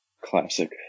classic